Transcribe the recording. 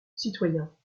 citoyen